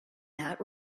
that